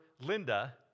linda